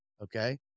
Okay